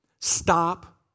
Stop